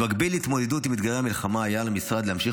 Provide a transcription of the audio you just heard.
במקביל להתמודדות עם אתגרי המלחמה היה על המשרד להמשיך